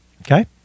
Okay